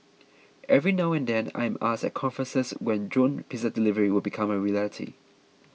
every now and then I am asked at conferences when drone pizza delivery will become a reality